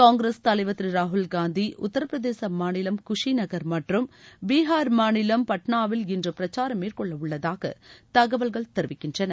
காங்கிரஸ் தலைவர் திரு ராகுல்காந்தி உத்தரபிரதேச மாநிலம் குஷிநகர் மற்றம் பீகார் மாநிலம் பட்னாவில் இன்று பிரச்சாரம் மேற்கொள்ளவுள்ளதாக தகவல்கள் தெரிவிக்கின்றன